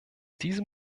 diesem